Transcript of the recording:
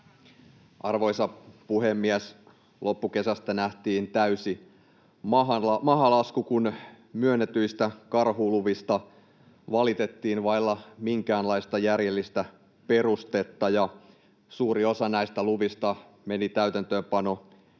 Arvoisa puhemies! Loppukesästä nähtiin täysi mahalasku, kun myönnetyistä karhuluvista valitettiin vailla minkäänlaista järjellistä perustetta ja suuri osa näistä luvista meni täytäntöönpanokieltoon.